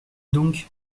donc